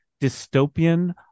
dystopian